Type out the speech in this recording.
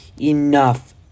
Enough